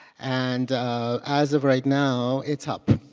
and as of right now it's up.